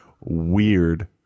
weird